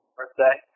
birthday